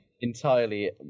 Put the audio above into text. entirely